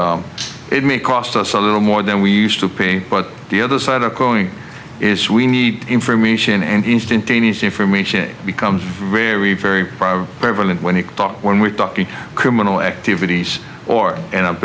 it may cost us a little more than we used to pay but the other side of cohen is we need information and instantaneous information it becomes very very prevalent when you talk when we're talking criminal activities or an a